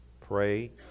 Pray